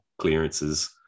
clearances